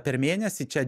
per mėnesį čia